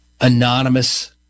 anonymous